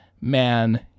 man